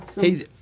Hey